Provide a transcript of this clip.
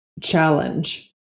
challenge